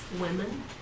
women